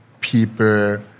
people